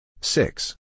Six